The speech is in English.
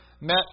met